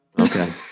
Okay